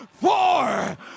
four